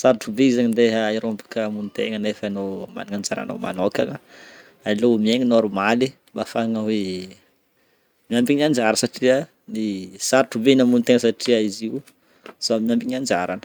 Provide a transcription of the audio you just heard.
sarotro be zegny andeha hirombaka hamonon-tegna nefa anao magnana anjaranao manôkagna. Aleo miaigny normaly, mba afahagna hoe miambigny anjara satria ny sarotro be ny hamonon-tegna satria izy io samy miamby ny anjarany.